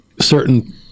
certain